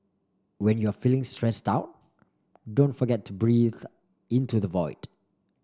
when you are feeling stressed out don't forget to breathe into the void